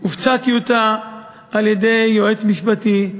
הופצה טיוטה על-ידי יועץ משפטי.